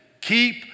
Keep